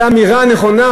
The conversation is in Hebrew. זה אמירה נכונה?